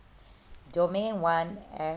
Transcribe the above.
domain one F